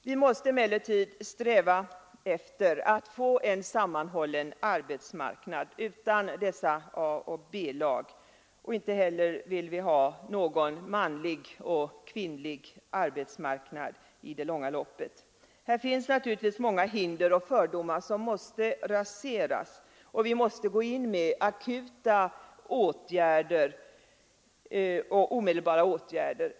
Vi måste dock sträva efter att få en sammanhållen arbetsmarknad utan dessa A och B-lag, och i det långa loppet bör vi inte heller ha en manlig och en kvinnlig arbetsmarknad. Här finns naturligtvis många hinder och fördomar som måste raseras, och vi måste gå in med omedelbara åtgärder.